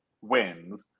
wins